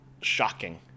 shocking